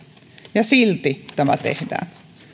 ja silti tämä tehdään